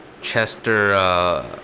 Chester